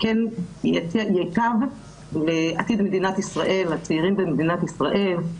כן ייטב לעתיד מדינת ישראל, לצעירים במדינת ישראל.